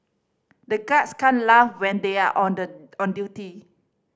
the guards can't laugh when they are on the on duty